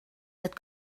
that